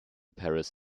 paris